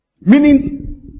Meaning